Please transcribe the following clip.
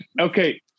Okay